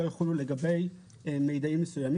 אושר מי בעד סעיף 56?